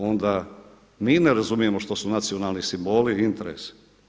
Onda mi ne razumijemo što su nacionalni simboli i interesi.